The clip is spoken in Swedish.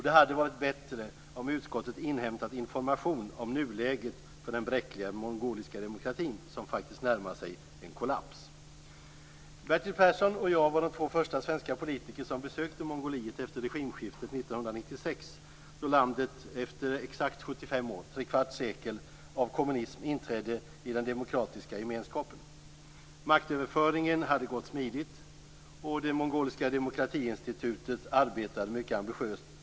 Det hade varit bättre om utskottet hade inhämtat information om nuläget för den bräckliga mongoliska demokratin, som faktiskt närmar sig en kollaps. Bertil Persson och jag var de två första svenska politiker som besökte Mongoliet efter regimskiftet 1996, då landet efter exakt 75 år, tre kvarts sekel, av kommunism inträdde i den demokratiska gemenskapen. Maktöverföringen hade gått smidigt, och det mongoliska demokratiinstitutet arbetade mycket ambitiöst.